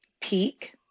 peak